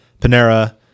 Panera